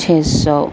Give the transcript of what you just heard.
چھ سو